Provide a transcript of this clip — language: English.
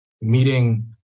Meeting